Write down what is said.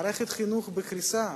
מערכת החינוך בקריסה,